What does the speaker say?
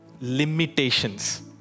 limitations